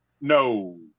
no